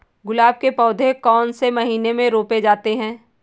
गुलाब के पौधे कौन से महीने में रोपे जाते हैं?